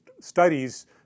studies